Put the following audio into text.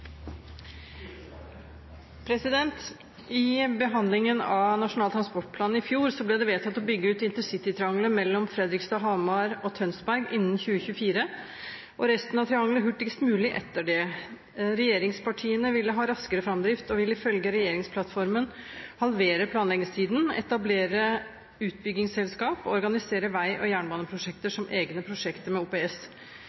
transportplan i fjor ble det vedtatt å bygge ut intercitytriangelet mellom Fredrikstad, Hamar og Tønsberg innen 2024 og resten av triangelet hurtigst mulig etter det. Regjeringspartiene ville ha raskere framdrift, og vil ifølge regjeringsplattformen halvere planleggingstiden, etablere infrastrukturfond på 100 mrd. kr over fem år, etablere utbyggingsselskap og organisere vei- og jernbaneprosjekter